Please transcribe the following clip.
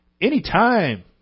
anytime